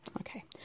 Okay